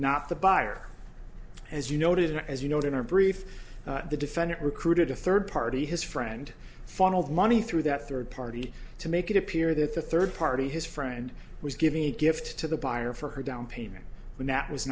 not the buyer as you noted and as you note in our brief the defendant recruited a third party his friend funneled money through that third party to make it appear that the third party his friend was giving a gift to the buyer for her down payment when that was